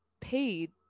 paid